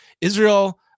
Israel